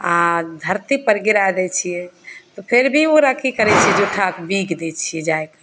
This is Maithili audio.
आ धरती पर गिराए दै छियै तऽ फिर भी ओकरा की करै छियै जूठा बीग दै छियै जाइ कऽ